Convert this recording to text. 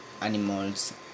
animals